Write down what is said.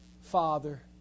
Father